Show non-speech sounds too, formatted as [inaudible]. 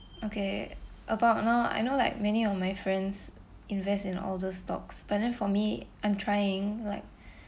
okay about now I know like many of my friends invest in all those stocks but then for me I'm trying like [breath]